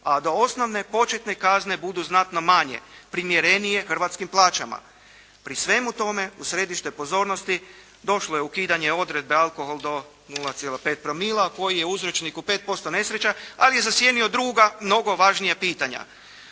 a da osnovne početne kazne budu znatno manje, primjerenije hrvatskim plaćama. Pri svemu tome u središte pozornosti došlo je ukidanje alkohol do 0,5 promila koji je uzročnih u 5% nesreća, ali je zasjenio druga mnogo važnija pitanja.